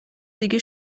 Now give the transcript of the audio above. دیگه